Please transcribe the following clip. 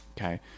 Okay